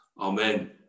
amen